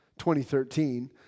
2013